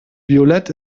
violett